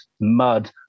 mud